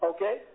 Okay